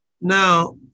Now